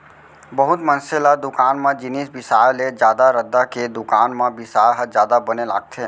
बहुत मनसे ल दुकान म जिनिस बिसाय ले जादा रद्दा के दुकान म बिसाय ह जादा बने लागथे